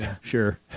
Sure